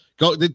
Go